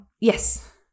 Yes